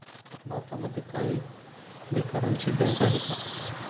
भारतामध्ये काय बेकारांची बँक आहे का?